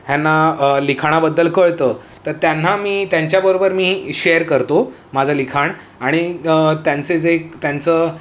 ह्यांना लिखाणाबद्दल कळतं तर त्यांना मी त्यांच्याबरोबर मी शेअर करतो माझं लिखाण आणि त्यांचे जे त्यांचं